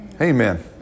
Amen